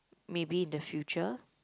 maybe in the future